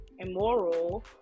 Immoral